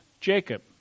Jacob